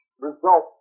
result